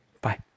Bye